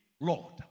Lord